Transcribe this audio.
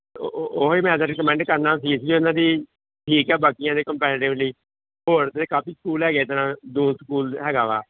ਓ ਓ ਉਹ ਹੀ ਮੈਂ ਤਾਂ ਰੇਕੁਮੈਂਡ ਕਰਨਾ ਫੀਸ ਵੀ ਇਹਨਾਂ ਦੀ ਠੀਕ ਹੈ ਬਾਕੀਆਂ ਦੇ ਕੰਪੈਰੇਟੇਵਲੀ ਹੋਰ ਵੀ ਕਾਫ਼ੀ ਸਕੂਲ ਹੈਗੇ ਇੱਦਾ ਦੂਨ ਸਕੂਲ ਹੈਗਾ ਵਾ